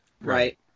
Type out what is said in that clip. Right